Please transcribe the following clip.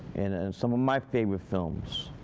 and and some of my favorite films,